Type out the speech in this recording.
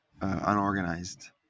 unorganized